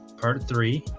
part three